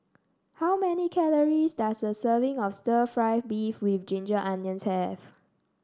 how many calories does a serving of stir fry beef with Ginger Onions have